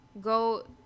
go